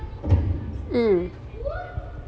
mm